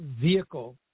vehicle